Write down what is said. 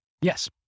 Yes